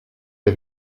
der